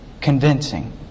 convincing